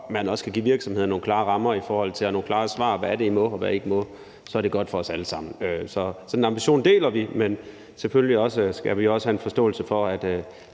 jo før man kan give virksomhederne nogle klare rammer og nogle klare svar på, hvad de må og ikke må, jo bedre er det for os alle sammen. Så den ambition deler vi. Men selvfølgelig skal vi også have en forståelse for,